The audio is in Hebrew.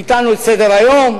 ביטלנו את סדר-היום,